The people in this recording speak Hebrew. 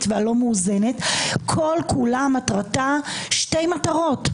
הרגשתי שמסתובבים סביבי ענקים,